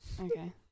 okay